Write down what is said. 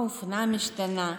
האופנה משתנה,